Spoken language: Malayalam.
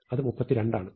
അത് 32 ആണ്